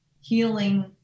healing